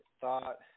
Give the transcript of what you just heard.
thought